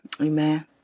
Amen